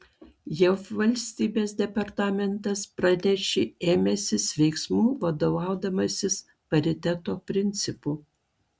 jav valstybės departamentas pranešė ėmęsis veiksmų vadovaudamasis pariteto principu